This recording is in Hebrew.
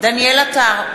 דניאל עטר,